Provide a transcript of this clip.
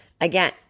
Again